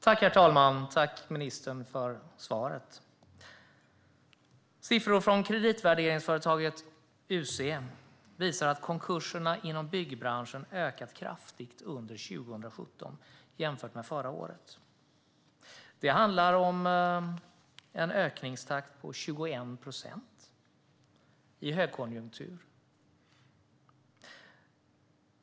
Herr talman! Tack, ministern, för svaret! Siffror från kreditvärderingsföretaget UC visar att konkurserna inom byggbranschen har ökat kraftigt under 2017 jämfört med förra året. Det handlar om en ökningstakt på 21 procent i högkonjunktur.